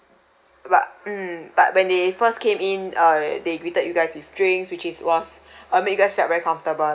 but mm but when they first came in uh they greeted you guys with drinks which is was uh made you guys felt very comfortable lah